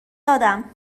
دادم